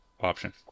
option